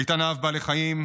איתן אהב בעלי חיים,